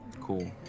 Cool